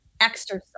exercise